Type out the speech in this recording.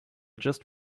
just